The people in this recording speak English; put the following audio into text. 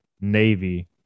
Navy